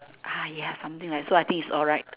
ah yeah something like so I think is alright